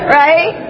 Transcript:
right